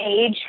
age